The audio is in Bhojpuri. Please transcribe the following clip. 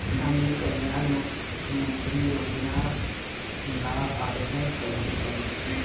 हम ई कल्याण मुख्य्मंत्री योजना ला आवेदन कईसे करी?